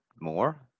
more